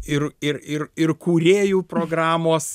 ir ir ir ir kūrėju programos